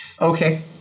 Okay